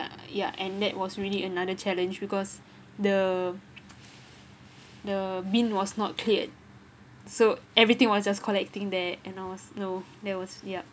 yeah and that was really another challenge because the the bin was not cleared so everything was just collecting there and I was no there was yup